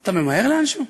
אתה ממהר לאנשהו?